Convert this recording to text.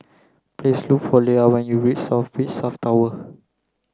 please look for Lia when you reach South Beach South Tower